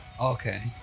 okay